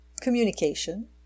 communication